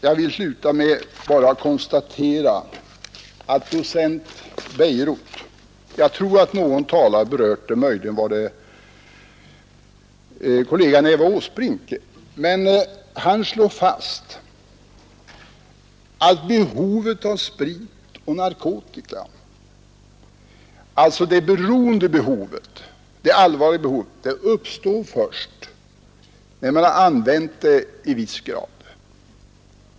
Jag vill sluta med att bara konstatera att docent Bejerot — möjligen var det kollegan Eva Åsbrink som tidigare berörde detta — slår fast att det allvarliga beroendet av sprit och narkotika uppstår först när man har använt det i viss grad.